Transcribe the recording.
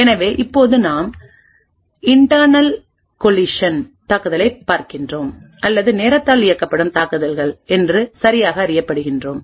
எனவே இப்போது நாம் இன்டர்ணல் கொலிசன் தாக்குதல்களைப் பார்க்கிறோம் அல்லது நேரத்தால் இயக்கப்படும் தாக்குதல்கள் என்று சரியாக அறியப்படுகிறோம்